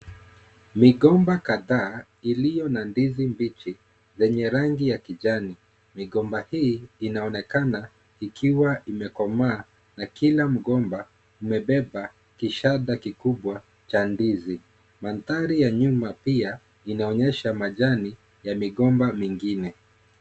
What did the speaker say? Migomba kadhaa iliyo na ndizi mbichi lenye rangi ya kijani. Migomba hii inaonekana ikiwa imekomaa na Kila mgomba imebeba kishada kikubwa cha ndizi. Mandari ya nyuma pia inaonyesha majani ya migomba mingine.